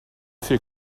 fer